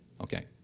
Okay